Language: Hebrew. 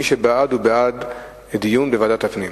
מי שבעד, הוא בעד דיון בוועדת הפנים.